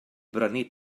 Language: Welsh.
brynu